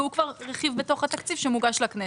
והוא כבר רכיב בתוך התקציב שמוגש לכנסת.